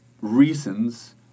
reasons